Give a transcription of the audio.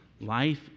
Life